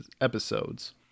episodes